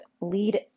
lead